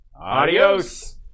adios